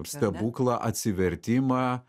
stebuklą atsivertimą